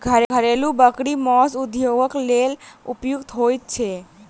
घरेलू बकरी मौस उद्योगक लेल उपयुक्त होइत छै